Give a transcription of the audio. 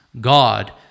God